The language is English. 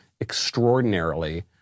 extraordinarily